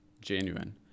genuine